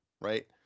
right